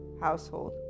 household